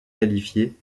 qualifié